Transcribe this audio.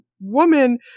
woman